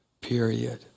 period